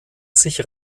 sich